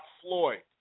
Floyd